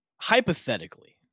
Hypothetically